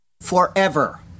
forever